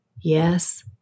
yes